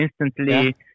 instantly